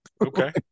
okay